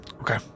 Okay